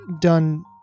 done